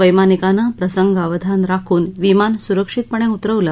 वैमानिकानं प्रसंगावधान राखून विमान सुरक्षितपणे उतरवलं